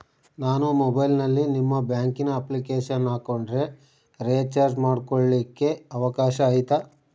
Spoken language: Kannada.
ನಾನು ಮೊಬೈಲಿನಲ್ಲಿ ನಿಮ್ಮ ಬ್ಯಾಂಕಿನ ಅಪ್ಲಿಕೇಶನ್ ಹಾಕೊಂಡ್ರೆ ರೇಚಾರ್ಜ್ ಮಾಡ್ಕೊಳಿಕ್ಕೇ ಅವಕಾಶ ಐತಾ?